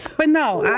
but no,